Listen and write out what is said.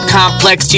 complex